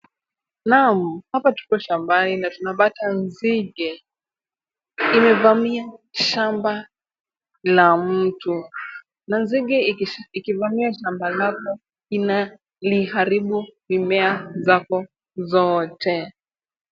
Naam, hapa tuko shambani na tunapata nzige zimevamia shamba la mtu na nzige ikivamia shamba lako inaliharibu mimea zako zote.